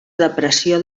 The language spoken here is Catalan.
depressió